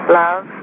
love